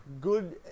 good